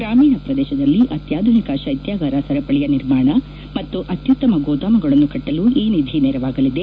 ಗ್ರಾಮೀಣ ಪ್ರದೇಶದಲ್ಲಿ ಅತ್ಯಾಧುನಿಕ ಶೈತ್ಯಾಗಾರ ಸರಪಳಿಯ ನಿರ್ಮಾಣ ಮತ್ತು ಅತ್ಯುತ್ತಮ ಗೋದಾಮುಗಳನ್ನು ಕಟ್ಟಲು ಈ ನಿಧಿ ನೆರವಾಗಲಿದೆ